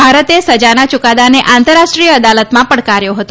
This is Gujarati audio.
ભારતે સજાના યુકાદાને આંતરરાષ્ટ્રીય અદાલતમાં પડકાર્યો હતો